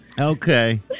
Okay